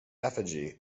effigy